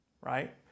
right